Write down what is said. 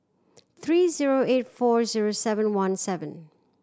three zero eight four zero seven one seven